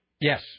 Yes